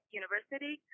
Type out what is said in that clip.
university